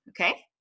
Okay